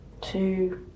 two